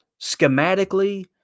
Schematically